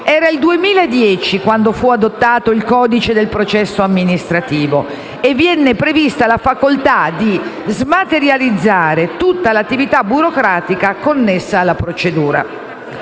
era il 2010 quando fu adottato il codice del processo amministrativo e venne prevista la facoltà di smaterializzare tutta l'attività burocratica connessa alla procedura,